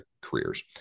careers